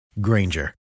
Granger